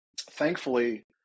thankfully